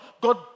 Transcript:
God